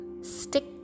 stick